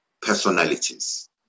personalities